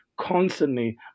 constantly